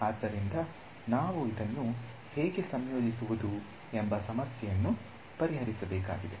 ಆದ್ದರಿಂದ ನಾವು ಇದನ್ನು ಹೇಗೆ ಸಂಯೋಜಿಸುವುದು ಎಂಬ ಸಮಸ್ಯೆಯನ್ನು ಪರಿಹರಿಸಬೇಕಾಗಿದೆ